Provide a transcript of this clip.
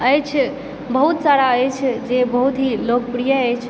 अछि बहुत सारा अछि जे बहुत ही लोकप्रिय अछि